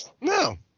No